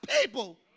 people